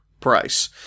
price